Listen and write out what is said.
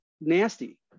nasty